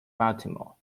baltimore